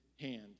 hand